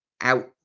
out